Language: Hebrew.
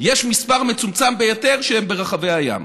יש מספר מצומצם ביותר שהן ברחבי הים.